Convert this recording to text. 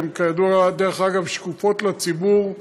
שהן כידוע שקופות לציבור,